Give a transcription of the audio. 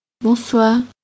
Bonsoir